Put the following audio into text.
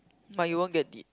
but you won't get it